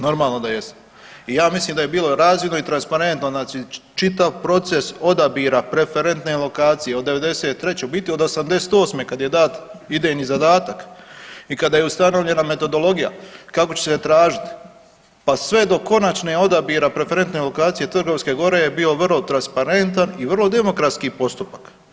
Normalno da jesam i ja mislim da je bilo razvidno i transparentno znači čitav proces odabira preferentne lokacije od '93., u biti od '88. kad je dat idejni zadatak i kada je ustanovljena metodologija kako će se je tražit, pa sve do konačnog odabira preferentne lokacije Trgovinske gore je bio vrlo transparentan i vrlo demokratski postupak.